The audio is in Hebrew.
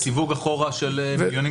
זה סיווג אחורה של מיליוני חשבונות.